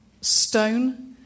stone